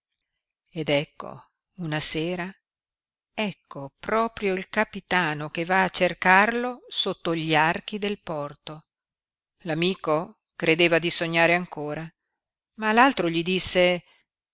ed ecco una sera ecco proprio il capitano che va a cercarlo sotto gli archi del porto l'amico credeva di sognare ancora ma l'altro gli disse